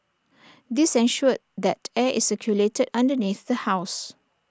this ensured that air is circulated underneath the house